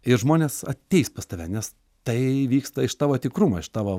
ir žmonės ateis pas tave nes tai vyksta iš tavo tikrumo iš tavo